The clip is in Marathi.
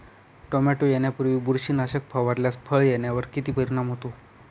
टोमॅटो येण्यापूर्वी बुरशीनाशक फवारल्यास फळ येण्यावर किती परिणाम होतो?